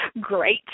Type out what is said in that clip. great